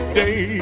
day